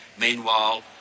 meanwhile